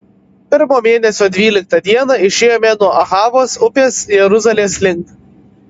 pirmo mėnesio dvyliktą dieną išėjome nuo ahavos upės jeruzalės link